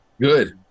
Good